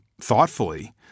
thoughtfully